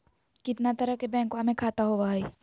कितना तरह के बैंकवा में खाता होव हई?